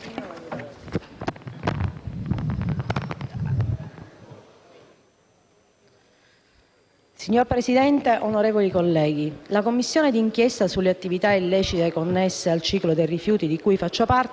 Signor Presidente, onorevoli colleghi, la Commissione d'inchiesta sulle attività illecite connesse al ciclo dei rifiuti di cui faccio parte